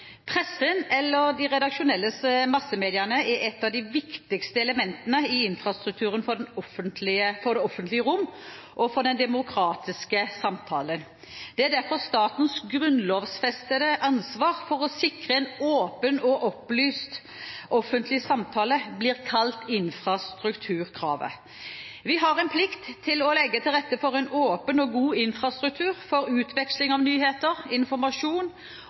Pressen – eller de redaksjonelle massemediene – er ett av de viktigste elementene i infrastrukturen for det offentlige rom og for den demokratiske samtalen. Det er derfor statens grunnlovfestede ansvar for å sikre at en «åpen og opplyst offentlig samtale» blir kalt «infrastrukturkravet». Vi har en plikt til å legge til rette for en åpen og god infrastruktur for utveksling av nyheter, informasjon